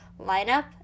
lineup